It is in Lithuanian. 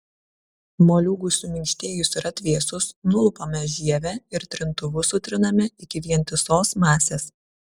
moliūgui suminkštėjus ir atvėsus nulupame žievę ir trintuvu sutriname iki vientisos masės